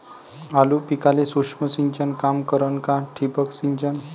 आलू पिकाले सूक्ष्म सिंचन काम करन का ठिबक सिंचन?